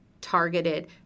targeted